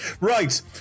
right